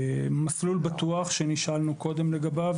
"מסלול בטוח", שנשאלנו לגביו